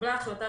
התקבלה החלטה,